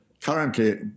currently